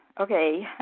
Okay